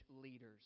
leaders